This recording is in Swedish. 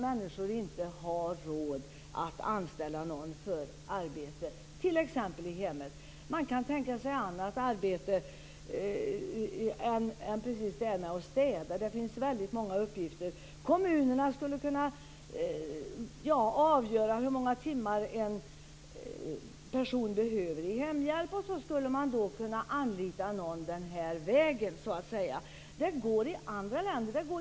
Människor har ju inte råd att anställa någon för arbete i t.ex. hemmet. Man kan tänka sig annat arbete än precis det här med att städa. Det finns väldigt många uppgifter. Kommunerna skulle kunna avgöra hur många timmar en person behöver i hemhjälp, och så skulle man kunna anlita någon den här vägen. Det går i andra länder.